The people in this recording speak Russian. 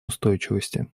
устойчивости